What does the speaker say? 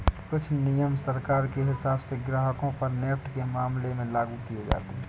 कुछ नियम सरकार के हिसाब से ग्राहकों पर नेफ्ट के मामले में लागू किये जाते हैं